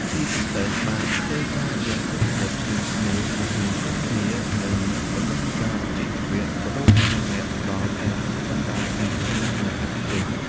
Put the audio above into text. ជាពិសេស បានធ្វើការយ៉ាងជិតស្និទ្ធជាមួយក្រសួងការងារ និងបណ្តុះបណ្តាលវិជ្ជាជីវៈ ក៏ដូចជាអ្នកផ្តល់ការបណ្តុះបណ្តាលសាធារណៈ និងឯកជន។